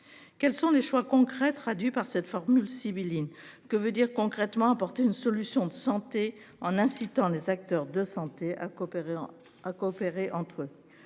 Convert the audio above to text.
Quels sont les choix concrets traduit par cette formule sibylline que veut dire concrètement apporter une solution de santé en incitant les acteurs de santé à coopérer à